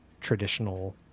traditional